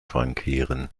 frankieren